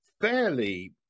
fairly